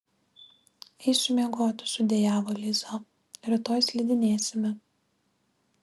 eisiu miegoti sudejavo liza rytoj slidinėsime